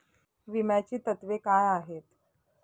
विम्याची तत्वे काय आहेत?